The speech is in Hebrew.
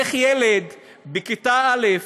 איך ילד בכיתה א'